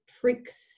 tricks